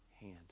hand